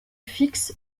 fixe